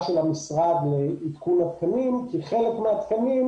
של המשרד לעדכון התקנים כי בחלק מהתקנים,